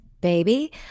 Baby